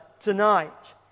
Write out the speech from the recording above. tonight